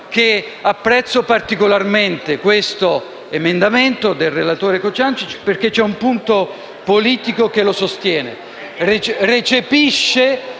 apprezzo particolarmente l'emendamento del relatore Cociancich perché un punto politico lo sostiene: